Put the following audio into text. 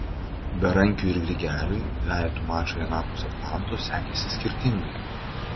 berankiui ir grigeliui dvejetų mačai anapus atlanto sekėsi skirtingai